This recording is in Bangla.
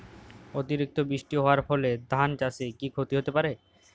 অতিরিক্ত বৃষ্টি হওয়ার ফলে ধান চাষে কি ক্ষতি হতে পারে?